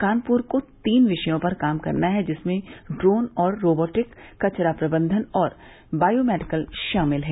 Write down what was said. कानपुर को तीन विषयों पर काम करना है जिसमें ड्रोन और रोबोटिक कचरा प्रबंधन और बायोमेडिकल शामिल हैं